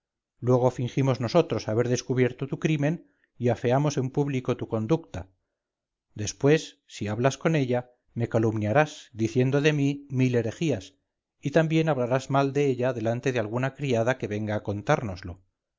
luego fingimos nosotros haber descubierto tu crimen y afeamos en público tu conducta después si hablas con ella me calumniarás diciendo de mí mil herejías y también hablarás mal de ella delante de alguna criada que venga a contárnoslo